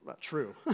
true